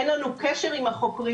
אין לנו קשר עם החוקרים.